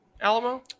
Alamo